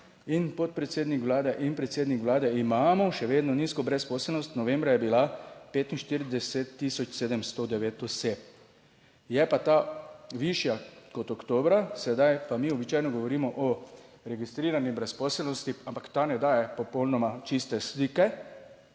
in podpredsednik Vlade in predsednik Vlade, imamo še vedno nizko brezposelnost, novembra je bila 45 tisoč 709 oseb, je pa ta višja kot oktobra. Sedaj pa mi običajno govorimo o registrirani brezposelnosti, ampak ta ne daje popolnoma čiste slike.